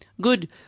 Good